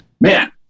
man